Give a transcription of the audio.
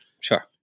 Sure